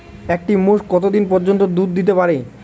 একটি মোষ কত দিন পর্যন্ত দুধ দিতে পারে?